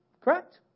Correct